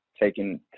Taking